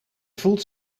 voelt